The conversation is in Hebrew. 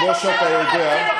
כמו שאתה יודע,